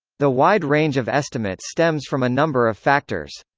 the wide range of estimates stems from a number of factors.